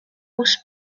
aus